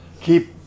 Keep